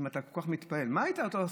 אם אתה כל כך מתפעל, מה היית אתה עושה?